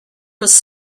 was